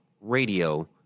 radio